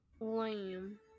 Lame